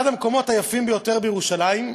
אחד המקומות היפים ביותר בירושלים,